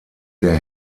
der